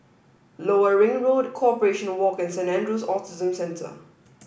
lower Ring Road Corporation Walk and Saint Andrew's Autism Center